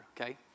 okay